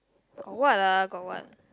what ah got what